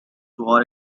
war